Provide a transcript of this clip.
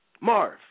Marv